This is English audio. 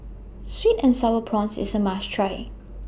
Sweet and Sour Prawns IS A must Try